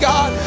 God